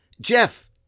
Jeff